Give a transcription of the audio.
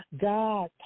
God